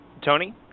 Tony